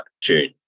June